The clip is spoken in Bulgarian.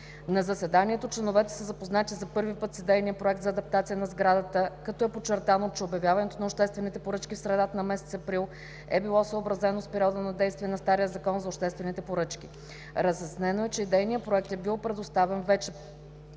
На заседанието членовете са запознати за първи път с идейния проект за адаптация на сградата на НДК, като е подчертано, че обявяването на обществените поръчки в средата на месец април е било съобразено с периода на действие на стария Закон за обществените поръчки. Разяснено е, че идейният проект е бил предоставен вече